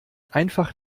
einfach